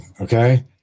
Okay